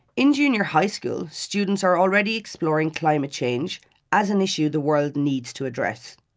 in junior high school, students are already exploring climate change as an issue the world needs to address.